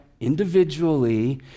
individually